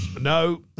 No